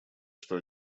что